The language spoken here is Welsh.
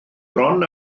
bron